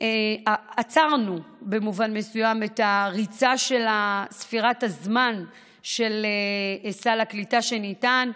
עצרנו במובן מסוים את הריצה של ספירת הזמן של סל הקליטה שניתן,